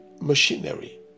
machinery